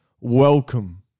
welcome